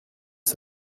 que